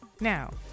Now